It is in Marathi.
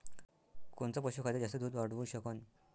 कोनचं पशुखाद्य जास्त दुध वाढवू शकन?